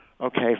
okay